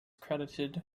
credited